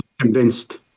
convinced